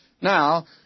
Now